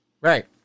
Right